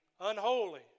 unholy